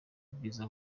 ubwiza